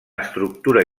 estructura